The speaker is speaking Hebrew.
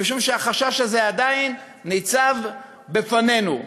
משום שהחשש הזה עדיין ניצב בפנינו.